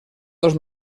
dos